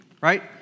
right